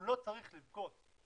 הוא לא צריך לבכות,